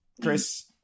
Chris